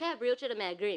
של המהגרים.